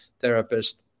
therapist